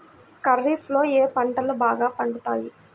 ఖరీఫ్లో ఏ పంటలు బాగా పండుతాయి?